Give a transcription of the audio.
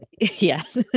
Yes